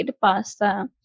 pasta